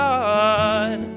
God